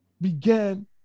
began